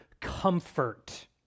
comfort